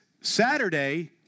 Saturday